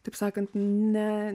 taip sakant ne